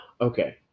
okay